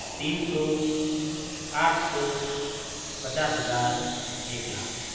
تین سو آٹھ سو پچاس ہزار ایک لاکھ